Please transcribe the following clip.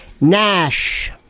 NASH